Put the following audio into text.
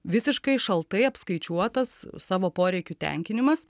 visiškai šaltai apskaičiuotas savo poreikių tenkinimas